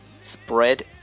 spread